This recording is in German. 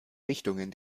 richtungen